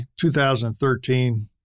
2013